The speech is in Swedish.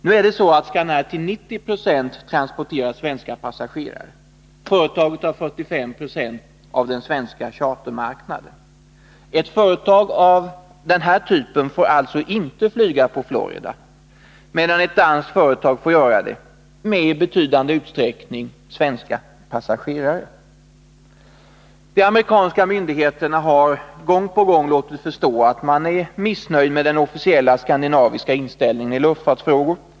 Nu är det så att Scanair till 90 26 transporterar svenska passagerare. Företaget har 45 26 av den svenska chartermarknaden. Ett företag av den här typen får alltså inte flyga på Florida, medan ett danskt företag får göra det — med i betydande utsträckning svenska passagerare. De amerikanska myndigheterna har gång på gång låtit förstå att man är missnöjd med den officiella skandinaviska inställningen i luftfartsfrågor.